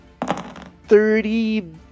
Thirty